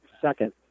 Second